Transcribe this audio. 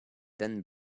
then